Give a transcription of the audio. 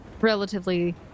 relatively